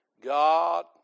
God